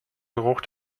geruch